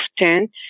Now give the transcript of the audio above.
often